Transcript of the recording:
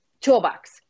toolbox